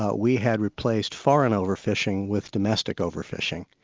ah we had replaced foreign over-fishing, with domestic over-fishing,